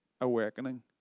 awakening